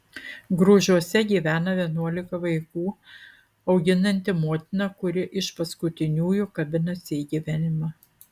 grūžiuose gyvena vienuolika vaikų auginanti motina kuri iš paskutiniųjų kabinasi į gyvenimą